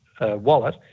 wallet